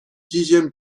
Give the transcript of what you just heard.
dixième